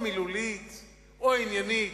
או מילולית או עניינית,